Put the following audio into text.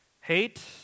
Hate